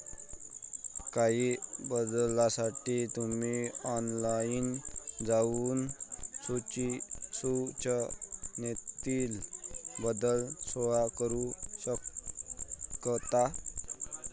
काही बदलांसाठी तुम्ही ऑनलाइन जाऊन सूचनेतील बदल सेव्ह करू शकता